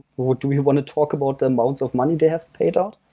would we want to talk about the amounts of money they have paid out?